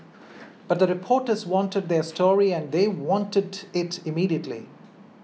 but the reporters wanted their story and they wanted it immediately